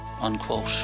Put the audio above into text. unquote